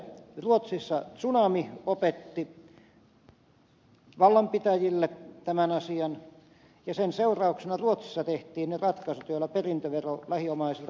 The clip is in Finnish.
ruotsissa tsunami opetti vallanpitäjille tämän asian ja sen seurauksena ruotsissa tehtiin ne ratkaisut joilla perintövero lähiomaisilta poistettiin